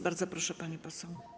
Bardzo proszę, pani poseł.